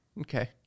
Okay